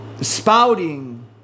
spouting